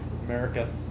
america